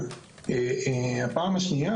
שנית,